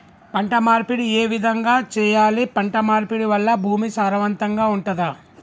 పంట మార్పిడి ఏ విధంగా చెయ్యాలి? పంట మార్పిడి వల్ల భూమి సారవంతంగా ఉంటదా?